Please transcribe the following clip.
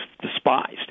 despised